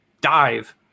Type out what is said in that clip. dive